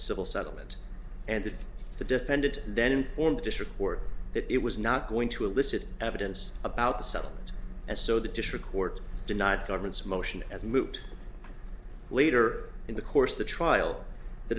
civil settlement and that the defendant then informed the district court that it was not going to elicit evidence about the settlement as so the district court denied government's motion as moot later in the course of the trial the